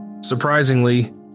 Surprisingly